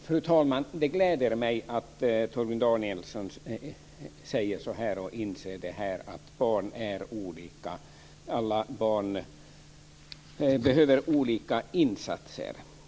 Fru talman! Det gläder mig att Torgny Danielsson inser att barn är olika och att alla barn behöver olika insatser.